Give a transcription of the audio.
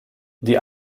die